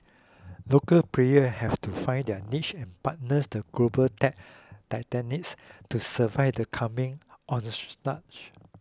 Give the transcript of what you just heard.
local player have to find their niche and partners the global tech to survive the coming